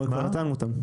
כבר נתנו אותם.